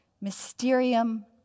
mysterium